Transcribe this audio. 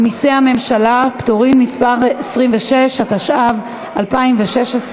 ומסי הממשלה (פטורין) (מס' 26), התשע"ו 2016,